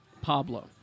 Pablo